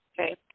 Okay